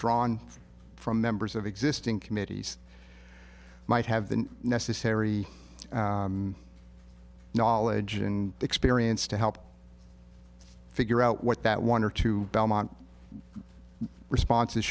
drawn from members of existing committees might have the necessary knowledge and experience to help figure out what that one or two belmont responses